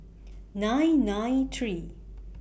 nine nine three